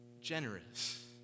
generous